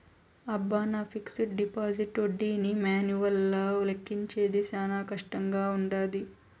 అబ్బ, నా fixed deposit ఒడ్డీని మాన్యువల్గా లెక్కించేది శానా కష్టంగా వుండాది